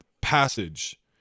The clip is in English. passage